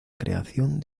creación